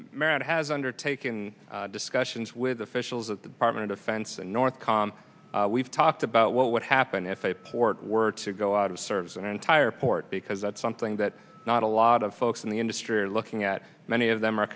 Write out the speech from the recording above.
merit has undertaken discussions with officials at the apartment of fence and north com we've talked about what would happen if a port were to go out of service and entire port because that's something that not a lot of folks in the industry are looking at many of them are